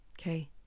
Okay